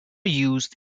used